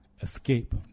Escape